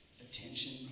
Attention